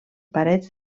parets